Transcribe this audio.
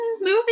movie